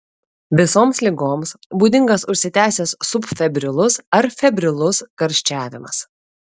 visoms ligoms būdingas užsitęsęs subfebrilus ar febrilus karščiavimas